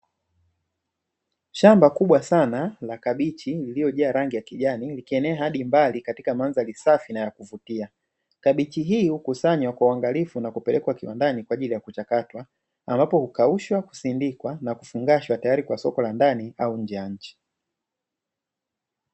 Shamba kubwa sana la kabichi liliojaa rangi ya kijani, likienea hadi mbali katika mandhari safi na ya kuvutia. Kabichi hii hukusanywa kwa uangalifu na kupelekwa kiwandani kwa ajili ya kuchakatwa, ambapo kukaushwa, kusindikwa na kufungashwa tayari kwa soko la ndani au nje ya nchi.